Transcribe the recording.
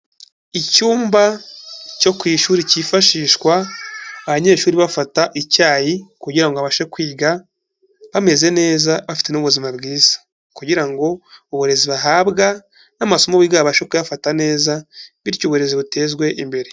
Icyumba cyo ku ishuri cyifashishwa abanyeshuri bafata icyayi kugira ngo babashe kwiga bameze neza, bafite n'ubuzima bwiza kugira ngo uburezi bahabwa n'amasomo biga babashe kuyafata neza bityo uburezi butezwe imbere.